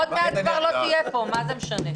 עוד מעט כבר לא תהיה פה, מה זה משנה?